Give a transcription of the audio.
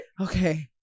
Okay